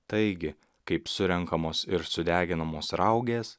taigi kaip surenkamos ir sudeginamos raugės